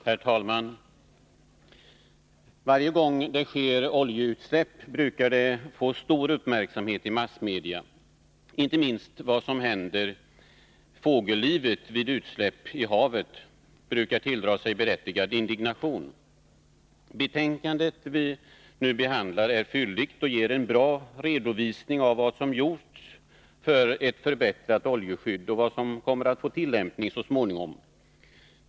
Herr talman! Varje gång som det sker oljeutsläpp brukar det få stor uppmärksamhet i massmedia. Inte minst vad som händer fågellivet vid utsläpp i havet brukar väcka berättigad indignation. Det betänkande som vi nu behandlar är fylligt och ger en bra redovisning av vad som har gjorts för att förbättra oljeskyddet och vad som kommer att få tillämpning så småningom.